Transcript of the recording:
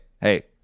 hey